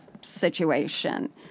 situation